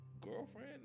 girlfriend